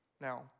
Now